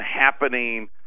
happening